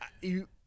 you-